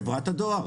חברת הדואר.